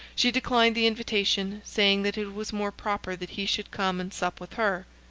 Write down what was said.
she declined the invitation, saying that it was more proper that he should come and sup with her.